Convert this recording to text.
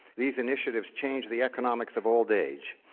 these initiatives changed the economics of old age.